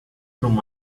through